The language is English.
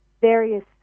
various